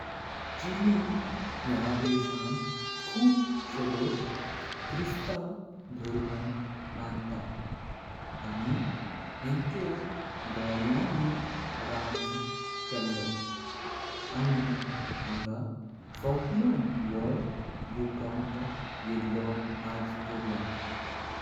Chilli ह्या देशां खूपसें लोक ख्रिस्ताव धर्म मानता। आणि हेन्चेर गोर्यानी राज केलो। आणि हांगा सगळ्यान वड भूकंप येळो आजपर्यंत।